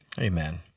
Amen